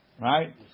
Right